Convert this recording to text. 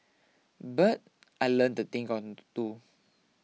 but I learnt the thing or to do